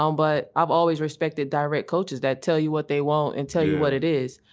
um but i've always respected direct coaches that tell you what they want and tell you what it is.